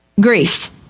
Greece